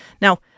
Now